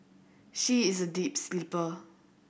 she is a deep sleeper